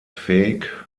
fähig